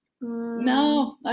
No